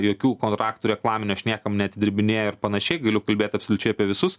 jokių kontraktų reklaminių aš niekam neatidirbinėju ir panašiai galiu kalbėt absoliučiai apie visus